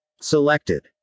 Selected